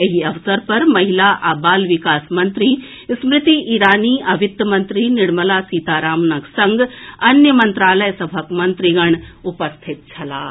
एहि अवसर पर महिला आ बाल विकास मंत्री स्मृति ईरानी आ वित्त मंत्री निर्मला सीतारामनक संग अन्य मंत्रालय सभक मंत्रीगण उपस्थित छलाह